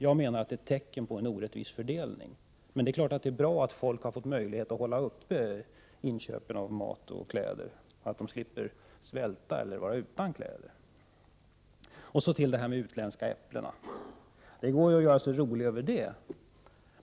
Jag menar att det är ett tecken på en orättvis fördelning. Men det är klart att det är bra att folk har haft möjlighet att köpa mat och kläder som tidigare så att de slipper svälta eller vara utan kläder. Det går naturligtvis att göra sig rolig över de utländska äpplena.